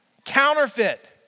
counterfeit